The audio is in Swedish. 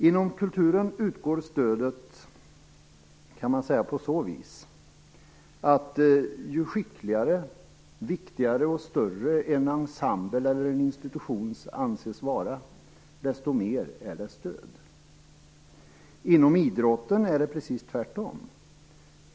Inom kulturen utgår stödet på så vis att ju skickligare, viktigare och större en ensemble eller en institution anses vara, desto mer är dess stöd. Inom idrotten är det precis tvärtom.